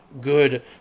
good